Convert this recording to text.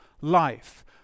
life